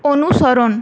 অনুসরণ